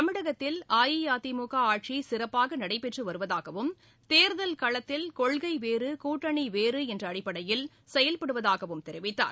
தமிழகத்தில் அஇஅதிமுக ஆட்சி சிறப்பாக நடைபெற்று வருவதாகவும் தேர்தல் களத்தில் கொள்கை வேறு கூட்டணி வேறு என்ற அடிப்படையில் செயல்படுவதாகவும் தெரிவித்தார்